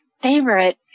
favorite